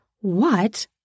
What